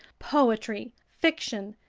poetry, fiction,